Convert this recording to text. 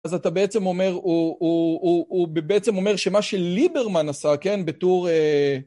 אז אתה בעצם אומר, הוא בעצם אומר שמה שליברמן עשה, כן, בתור...